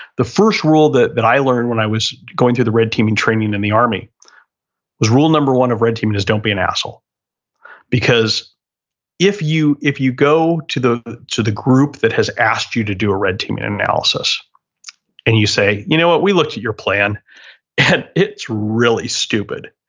the first rule that that i learned when i was going through the red teaming training in the army was rule number one of red team and is don't be an asshole because if you, if you go to the to the group that has asked you to do a red teaming analysis and you say, you know what? we looked at your plan and it's really stupid.